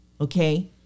okay